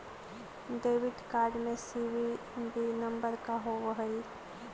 Debit card में CVV number का होव हइ?